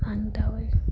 માનતા હોય